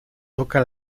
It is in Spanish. toca